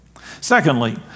Secondly